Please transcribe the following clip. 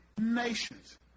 nations